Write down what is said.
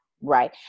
right